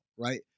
right